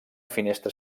finestra